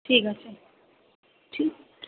ঠিক আছে ঠিক